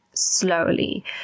slowly